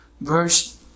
verse